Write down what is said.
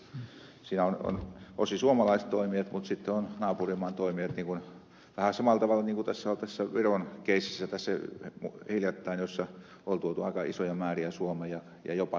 siinä ovat osin suomalaiset toimijat mutta sitten ovat naapurimaan toimijat vähän samalla tavalla niin kuin tässä viron keississä tässä hiljattain jossa oli tuotu aika isoja määriä suomeen ja jobattu täällä sitten